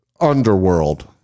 Underworld